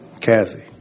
Cassie